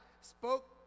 spoke